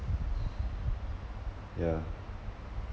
ya